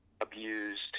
abused